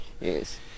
Yes